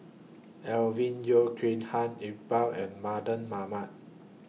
Alvin Yeo Khirn Hai Iqbal and Mardan Mamat